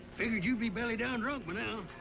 figured you'd be belly-down drunk by now.